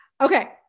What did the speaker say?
Okay